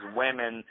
women